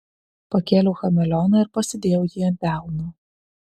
pakėliau chameleoną ir pasidėjau jį ant delno